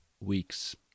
weeks